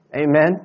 Amen